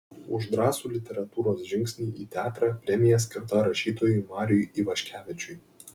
už drąsų literatūros žingsnį į teatrą premija skirta rašytojui mariui ivaškevičiui